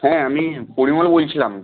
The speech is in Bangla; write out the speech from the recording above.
হ্যাঁ আমি পরিমল বলছিলাম